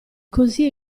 così